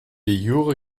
jure